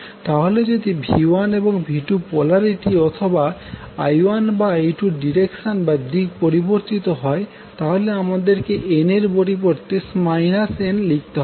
তাহলে যদি V1অথবা V2এর পোলারিটি অথবা I1বা I2 এর ডিরেকশন বা দিক পরিবর্তিত হয় তাহলে আমাদেরকে n এর পরিবর্তে n লিখতে হবে